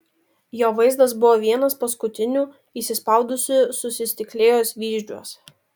jo vaizdas buvo vienas paskutinių įsispaudusių sustiklėjusiuos vyzdžiuos